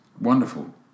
wonderful